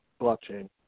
blockchain